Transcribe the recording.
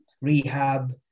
rehab